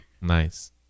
Nice